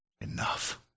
enough